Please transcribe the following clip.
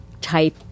type